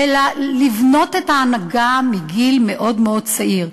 ולבנות את ההנהגה מגיל צעיר.